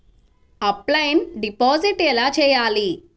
Offline deposit ఎలా చేయాలి?